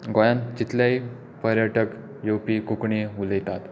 गोंयात जितलेय पर्यटक येवपी कोंकणी उलयतात